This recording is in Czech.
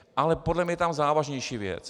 Ale podle mě je tam závažnější věc.